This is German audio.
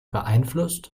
beeinflusst